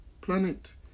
planet